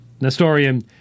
Nestorian